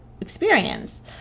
experience